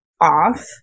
off